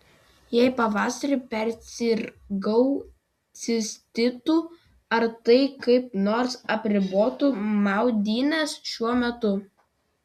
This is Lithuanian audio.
jei pavasarį persirgau cistitu ar tai kaip nors apribotų maudynes šiuo metu